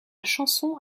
chanson